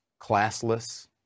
classless